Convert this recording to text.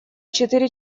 четыре